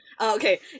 okay